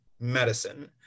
medicine